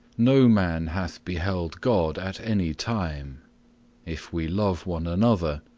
no man hath beheld god at any time if we love one another,